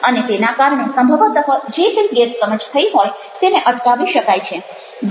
અને તેના કારણે સંભવત જે કંઈ ગેરસમજ થઈ હોય તેને અટકાવી શકાય છે